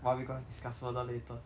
why we gonna discussed further later